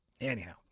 Anyhow